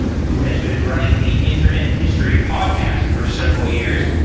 who has been running the internet history podcast for several years.